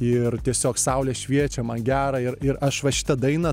ir tiesiog saulė šviečia man gera ir ir aš va šitą dainą